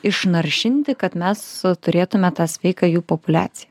išnaršinti kad mes turėtume tą sveiką jų populiaciją